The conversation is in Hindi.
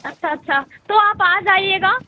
अच्छा अच्छा तो आप आ जाइएगा